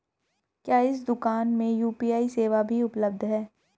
क्या इस दूकान में यू.पी.आई सेवा भी उपलब्ध है?